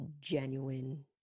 genuine